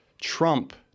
Trump